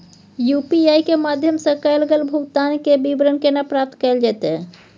UPI के माध्यम सं कैल गेल भुगतान, के विवरण केना प्राप्त कैल जेतै?